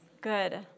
Good